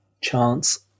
chance